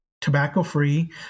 tobacco-free